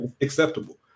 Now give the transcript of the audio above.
acceptable